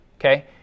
okay